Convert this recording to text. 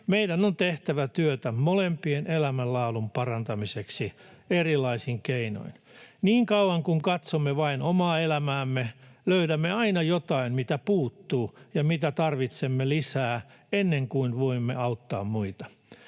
Meidän on tehtävä työtä molempien elämänlaadun parantamiseksi erilaisin keinoin. Niin kauan kuin katsomme vain omaa elämäämme, löydämme aina jotain, mitä puuttuu ja mitä tarvitsemme lisää, ennen kuin voimme auttaa muita.